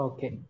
Okay